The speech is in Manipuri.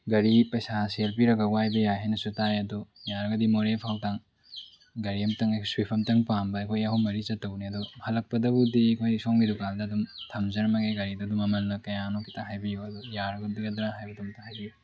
ꯒꯥꯔꯤ ꯄꯩꯁꯥ ꯁꯦꯜ ꯄꯤꯔꯒ ꯋꯥꯏꯕ ꯌꯥꯏ ꯍꯥꯏꯅꯁꯨ ꯇꯥꯏ ꯑꯗꯨ ꯌꯥꯔꯒꯗꯤ ꯃꯣꯔꯦꯐꯥꯎꯇꯪ ꯒꯥꯔꯤ ꯑꯝꯇꯪ ꯁ꯭ꯋꯤꯞ ꯑꯝꯇꯪ ꯄꯥꯝꯕ ꯑꯩꯈꯣꯏ ꯑꯍꯨꯝ ꯃꯔꯤ ꯆꯠꯇꯧꯕꯅꯦ ꯑꯗꯨ ꯍꯜꯂꯛꯄꯗꯕꯨꯗꯤ ꯑꯩꯈꯣꯏ ꯁꯣꯝꯒꯤ ꯗꯨꯀꯥꯟꯗ ꯑꯗꯨꯝ ꯊꯝꯖꯔꯝꯃꯒꯦ ꯒꯥꯔꯤꯗꯨ ꯃꯃꯜꯅ ꯀꯌꯥꯅꯣ ꯈꯤꯇ ꯍꯥꯏꯕꯤꯌꯨ ꯑꯗꯨ ꯌꯥꯒꯗ꯭ꯔ ꯍꯥꯏꯕꯗꯨ ꯑꯝꯇ ꯍꯥꯏꯕꯤꯌꯨ